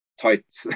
tight